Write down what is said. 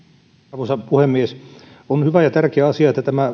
arvoisa puhemies on hyvä ja tärkeä asia että tämä